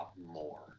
more